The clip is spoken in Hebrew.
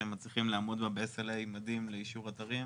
שהם מצליחים לעמוד בה ב-SLA מדהים לאישור אתרים.